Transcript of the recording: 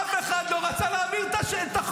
אף אחד לא רצה להעביר את החוק.